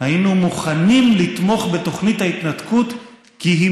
"היינו מוכנים לתמוך בתוכנית ההתנתקות כי היא